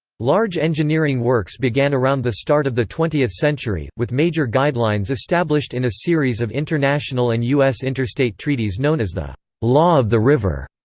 large engineering works began around the start of the twentieth century, with major guidelines established in a series of international and u s. interstate treaties known as the law of the river.